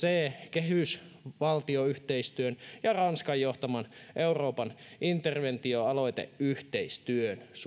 kehysvaltioyhteistyön ja ranskan johtaman euroopan interventioaloiteyhteistyön